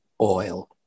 oil